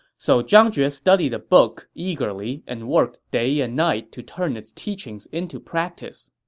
so zhang jue studied the book eagerly and worked day and night to turn its teachings into practice.